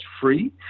free